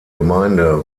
gemeinde